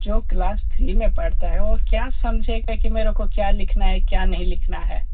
जो class three में पढ़ता है वह क्या समझेगा कि मेरे को क्या लिखना है क्या नहीं लिखना है